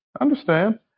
Understand